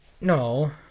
no